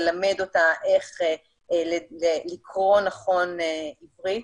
ללמד אותה איך לקרוא נכון עברית,